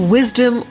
Wisdom